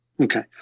Okay